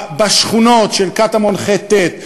בשכונות קטמון ח'-ט',